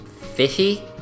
fishy